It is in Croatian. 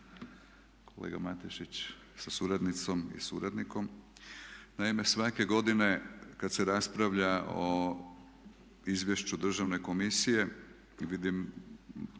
kolega Matešić sa suradnicom i suradnikom naime svake godine kad se raspravlja o izvješću Državne komisije vidim,